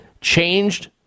changed